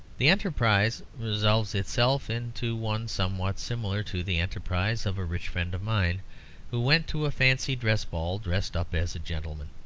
the enterprise resolves itself into one somewhat similar to the enterprise of a rich friend of mine who went to a fancy-dress ball dressed up as a gentleman.